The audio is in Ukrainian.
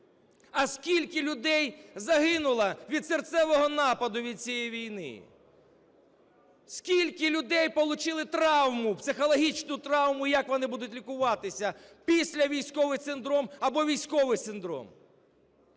А скільки людей загинуло від серцевого нападу від цієї війни? Скільки людей получили травму, психологічну травму і як вони будуть лікуватися? Післявійськовий синдром або військовий синдром.